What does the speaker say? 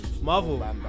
Marvel